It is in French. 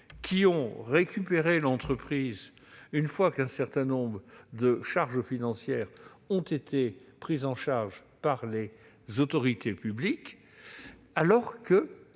qui ont récupéré l'entreprise une fois qu'un certain nombre de charges financières ont été endossées par les autorités publiques. Pourtant,